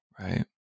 right